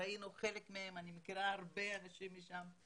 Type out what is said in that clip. ראינו חלק מהם ואני מכירה הרבה אנשים משם.